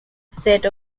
set